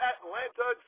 Atlanta